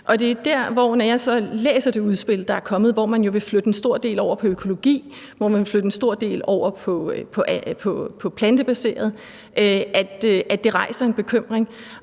bekymring, når jeg så læser det udspil, der er kommet, hvor man vil flytte en stor del over på økologi, og hvor man vil flytte en stor del over på plantebaseret. Derfor er jeg